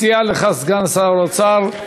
מציע לך סגן שר האוצר,